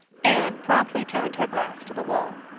anne promptly turned her glass to the wall.